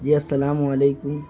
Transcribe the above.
جی السلام علیکم